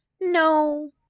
No